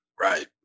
Right